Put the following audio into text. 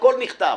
הכול נכתב.